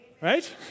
Right